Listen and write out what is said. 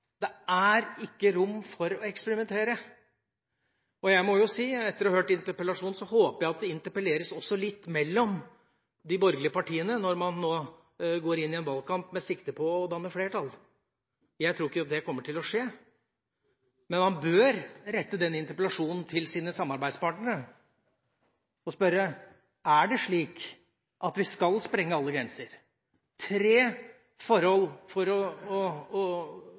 Det er ikke rom for å eksperimentere. Jeg må si, etter å ha hørt interpellasjonen, at jeg håper at det interpelleres også litt mellom de borgerlige partiene når man nå går inn i en valgkamp med sikte på å danne flertall. Jeg tror ikke det kommer til å skje. Men man bør rette den interpellasjonen til sine samarbeidspartnere og spørre: Er det slik at vi skal sprenge alle grenser? Det er tre forhold for å